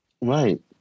Right